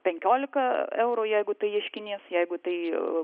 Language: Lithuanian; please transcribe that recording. penkiolika eurų jeigu tai ieškinys jeigu tai